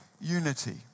unity